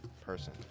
person